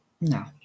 no